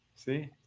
See